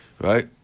right